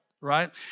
right